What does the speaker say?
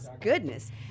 goodness